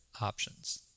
options